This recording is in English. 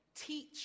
teach